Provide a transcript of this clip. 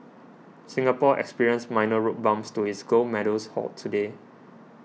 Singapore experienced minor road bumps to its gold medals haul today